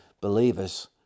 Believers